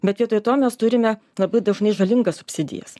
bet vietoj to mes turime labai dažnai žalingas subsidijas